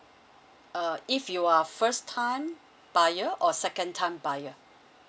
uh if you are first time buyer or second time buyer